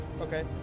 Okay